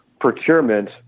procurement